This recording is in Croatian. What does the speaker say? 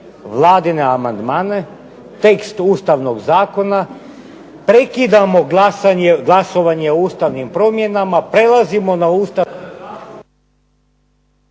Vladine amandmane, tekst Ustavnog zakona, prekidamo glasovanje o ustavnim promjenama, prelazimo na Ustavni zakon